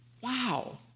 Wow